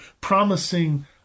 promising